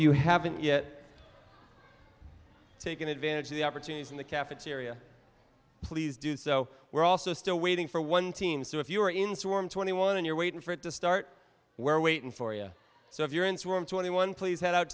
you haven't yet taken advantage of the opportunities in the cafeteria please do so we're also still waiting for one team so if you are in storm twenty one and you're waiting for it to start where waiting for you so if you're in swim twenty one please head out